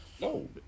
No